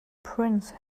prince